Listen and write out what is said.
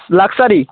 luxury